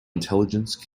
intelligence